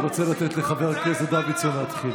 אני רוצה לתת לחבר הכנסת דוידסון להתחיל.